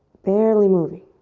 barely moving.